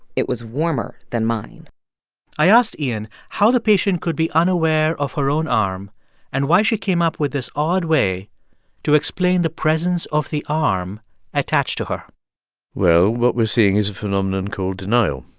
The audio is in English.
it was warmer than mine i asked asked iain how the patient could be unaware of her own arm and why she came up with this odd way to explain the presence of the arm attached to her well, what we're seeing is a phenomenon called denial,